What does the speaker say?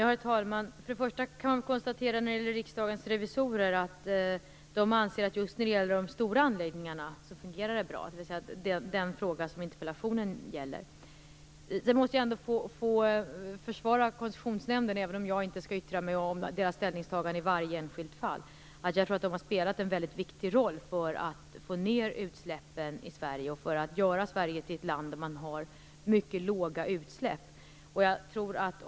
Herr talman! Riksdagens revisorer anser att det fungerar bra just när det gäller de stora anläggningarna, dvs. den fråga som interpellationen gäller. Jag måste ändå få försvara Koncessionsnämnden, även om jag inte skall yttra mig om deras ställningstagande i varje enskilt fall. Jag tror att Koncessionsnämnden har spelat en viktig roll för att göra Sverige till ett land med mycket låga utsläpp.